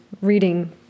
reading